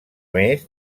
més